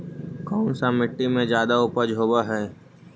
कोन सा मिट्टी मे ज्यादा उपज होबहय?